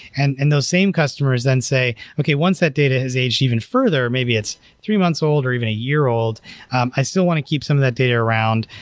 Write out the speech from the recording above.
and and those same customers then say, okay. once that data has aged even further, maybe it's three month's old, or even a year old, i still want to keep some of that data around.